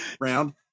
round